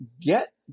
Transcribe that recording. get